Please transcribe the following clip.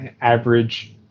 average